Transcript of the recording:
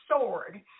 sword